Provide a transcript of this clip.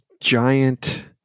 giant